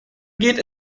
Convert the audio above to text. geht